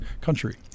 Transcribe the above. country